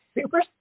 super